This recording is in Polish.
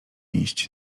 iść